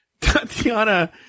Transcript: Tatiana